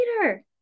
later